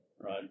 right